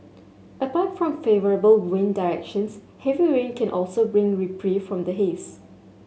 apart from favourable wind directions heavy rain can also bring reprieve from the haze